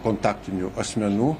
kontaktinių asmenų